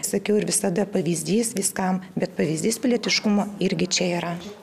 sakiau ir visada pavyzdys viskam bet pavyzdys pilietiškumo irgi čia yra